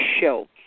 show